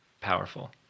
powerful